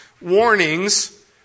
warnings